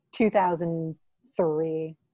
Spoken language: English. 2003